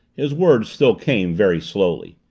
his words still came very slowly.